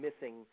missing –